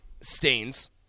stains